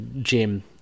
Jim